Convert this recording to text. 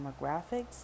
demographics